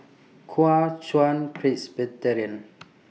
Kuo Chuan Presbyterian